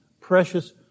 precious